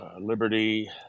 Liberty